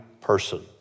person